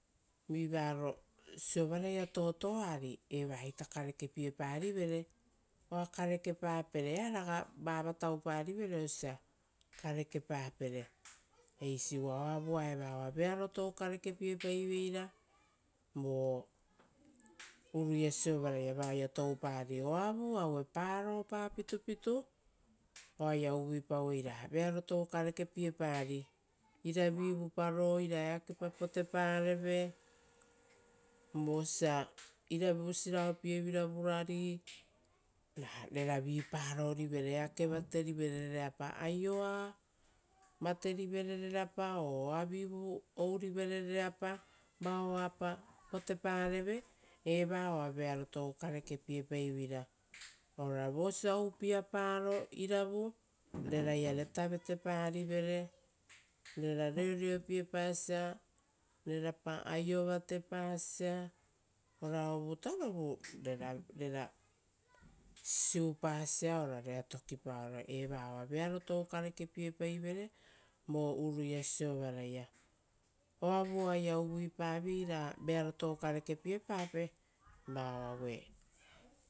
Vi varo siovaraia totoa, ari, evaita karepapere earga va vatauparivere osia karepapere eisi uva oavua eva oa vearo tou karekepiepaiveira vo uruia siovaraia vao oaia toupari. Oavu aue paropa pitupitu oaia uvuipa ra vearo tou karekepiepari, iravivupa ro ira eakepa potepareve, vosia iravu siraopievira vurari, ra reravi parorivere rerapa o oavivu ouri vere oa vearo tou karekepiepaiveira, ora vosia upiaro iravu reraiare taveteparivere rera reoreopiepasia, rerapa aio vatesia ora ovutarovu rera sisiupasia, rera tokipaoro, eva oa vearo tou karekepiepaivere vo uruia siovaraia. Oavu oaia uvuipai vearo tou karekepiepape, vao aue